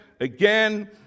again